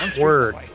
Word